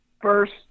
first